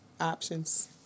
options